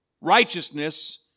Righteousness